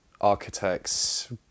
architects